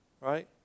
right